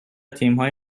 تیمهای